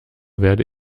werde